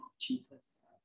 Jesus